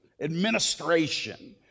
Administration